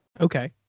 Okay